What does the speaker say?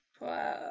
Wow